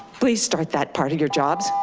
please start that part of your jobs